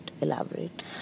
elaborate